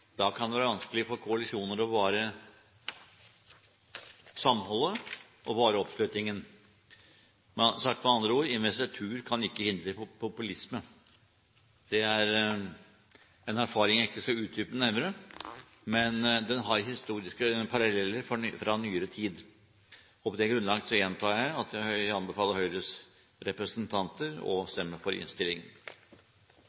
Da kan det være vanskelig for koalisjoner å bevare samholdet og bevare oppslutningen. Sagt med andre ord: Investitur kan ikke hindre populisme. Det er en erfaring jeg ikke skal utdype nærmere, men den har historiske paralleller fra nyere tid. På dette grunnlaget gjentar jeg at jeg anbefaler Høyres representanter å